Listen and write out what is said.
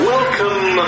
Welcome